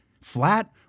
flat